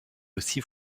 aussi